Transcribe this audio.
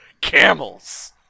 Camels